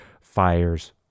fires